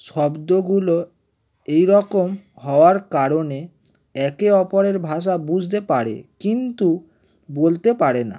শব্দগুলো এই রকম হওয়ার কারণে একে অপরের ভাষা বুঝতে পারে কিন্তু বলতে পারে না